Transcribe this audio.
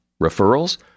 Referrals